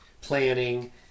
planning